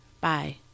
Bye